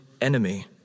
enemy